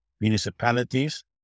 municipalities